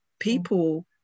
People